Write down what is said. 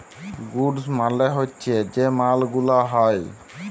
goods মালে হচ্যে যে মাল গুলা হ্যয়